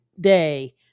day